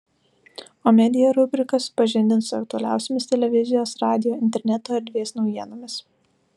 o media rubrika supažindins su aktualiausiomis televizijos radijo interneto erdvės naujienomis